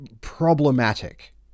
problematic